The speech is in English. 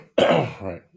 Right